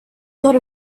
dot